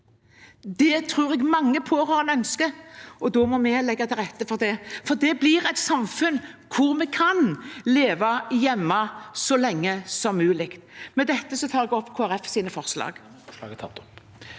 Det tror jeg mange pårørende ønsker, og da må vi legge til rette for det. Det blir et samfunn der vi kan leve hjemme så lenge som mulig. Med dette tar jeg opp Kristelig